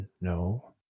No